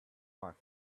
must